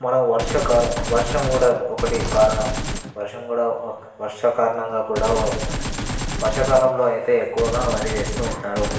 మనం వర్షాకాలం వర్షం కూడా ఒకటి కారణం వర్షం కూడా వర్ష కారణంగా కూడా వర్షాకాలంలో అయితే ఎక్కువగా వరి వేస్తూ ఉంటారు